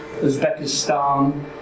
Uzbekistan